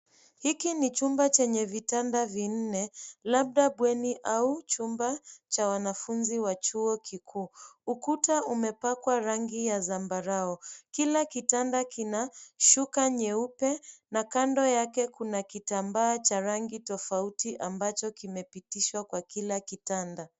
Hiki ni chumba chenye vitanda vinne labda bweni au chumba cha wanafunzi wa chuo kikuu. Ukuta umepakwa rangi ya zambarau. Kila kitanda kina shuka nyeupe na kando yake kuna kitambaa cha rangi tofauti ambacho kimepitishwa kwa kila kitanda.